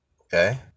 Okay